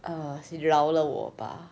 err 饶了我吧